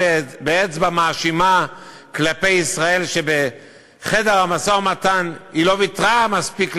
באצבע מאשימה כלפי ישראל שהיא לא ויתרה מספיק,